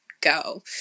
go